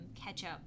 ketchup